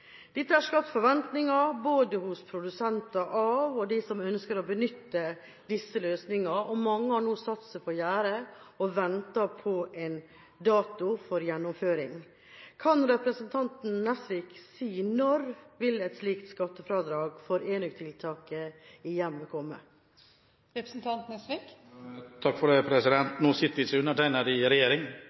Dette har skapt forventninger både hos produsenter og hos dem som ønsker å benytte disse løsningene, og mange har nå satt seg på gjerdet og venter på en dato for gjennomføring. Kan representanten Nesvik si når et slikt skattefradrag for enøktiltak i hjemmet vil komme? Nå sitter ikke undertegnede i